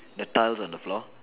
the tiles on the floor